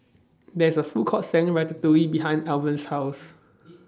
There IS A Food Court Selling Ratatouille behind Alvan's House